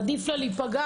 עדיף לה להיפגע